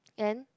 and